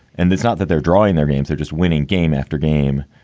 and it's not that they're drawing their games, they're just winning game after game.